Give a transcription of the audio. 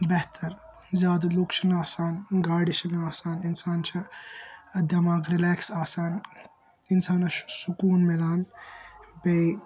زیادٕ لُکھ چھِنہٕ آسان گاڑِ چھنہٕ آسان اِنسان چھ دٮ۪ماغ رِلیکٕس آسان اِنسانَس چھ سکون میلان بیٚیہِ